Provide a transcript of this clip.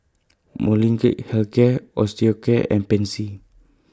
Molnylcke Health Care Osteocare and Pansy